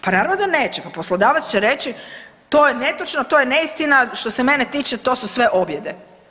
Pa naravno da neće, pa poslodavac će reći to je netočno, to je neistina što se mene tiče to su sve objede.